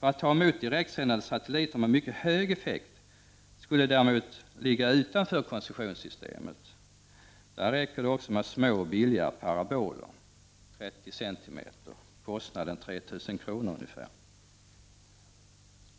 Att ta emot signaler från direktsändande satelliter med mycket hög effekt skulle däremot ligga utanför koncessionssystemet. Där räcker det också med små och billiga paraboler på 30 cm och till en kostnad av ungefär 3 000 kr.